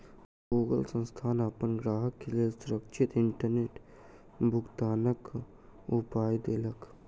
Google संस्थान अपन ग्राहक के लेल सुरक्षित इंटरनेट भुगतनाक उपाय देलक